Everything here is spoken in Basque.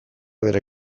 bere